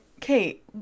Kate